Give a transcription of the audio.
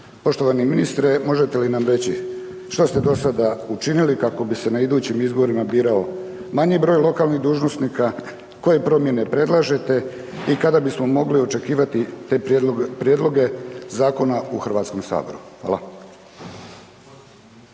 Poštovani ministre, možete li nam reći što ste dosada učinili kako bi se na idućim izborima birao manji broj lokalnih dužnosnika, koje promjene predlažete i kada bismo mogli očekivati te prijedloge zakona u Hrvatskom saboru? Hvala.